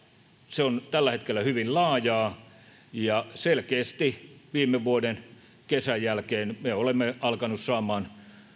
se on tällä hetkellä hyvin laajaa ja selkeästi viime vuoden kesän jälkeen me olemme alkaneet saamaan